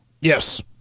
yes